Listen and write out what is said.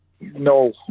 No